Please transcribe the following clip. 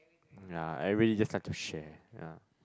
yea everybody just like to share yea